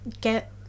get